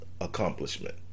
accomplishment